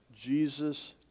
Jesus